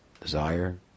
desire